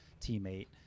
teammate